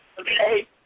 Okay